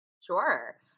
Sure